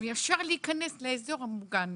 וישר להיכנס לאזור המוגן.